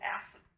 acid